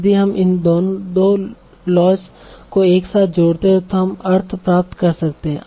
यदि हम इन 2 लॉज़ को एक साथ जोड़ते हैं तो हम अर्थ प्राप्त कर सकते हैं